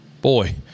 Boy